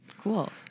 cool